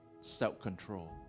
self-control